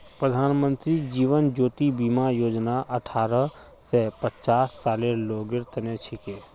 प्रधानमंत्री जीवन ज्योति बीमा योजना अठ्ठारह स पचास सालेर लोगेर तने छिके